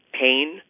pain